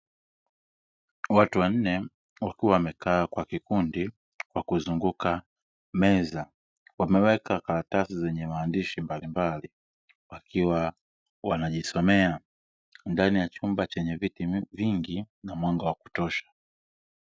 Watu wanne wakiwa wamekaa kwa kikundi kwa kuzunguka meza, wameweka karatasi zenye maandishi mbalimbali wakiwa wanajisomea ndani ya chumba chenye viti vingi na mwanga wa kutosha.